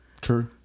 True